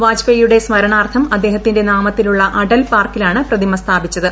വാജ്പേയിയുടെ സ്മരണാർത്ഥം അദ്ദേഹത്തിന്റെ നീറമത്തിലുള്ള അടൽ പാർക്കിലാണ് പ്രതിമ സ്ഥാപിച്ചത്